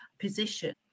position